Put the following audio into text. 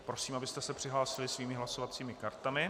Prosím, abyste se přihlásili svými hlasovacími kartami.